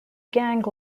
gang